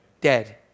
Dead